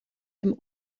dem